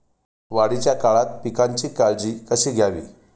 वाढीच्या काळात पिकांची काळजी कशी घ्यावी?